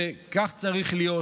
וכך צריך להיות.